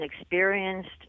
experienced